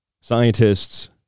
scientists